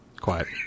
Quiet